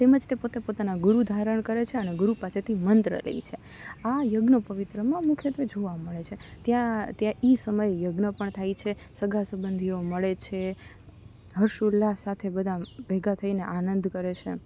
તેમજ તે પોતે પોતાના ગુરુ ધારણ કરે છે અને ગુરુ પાસેથી મંત્ર લે છે આ યજ્ઞોપવિતમાં મુખ્યત્ત્વે જોવા મળે છે ત્યાં ત્યાં એ સમયે યજ્ઞ પણ થાય છે સગાસબંધીઓ મળે છે હર્ષોલ્લાસ સાથે બધાં ભેગાં થઈને આનંદ કરે છે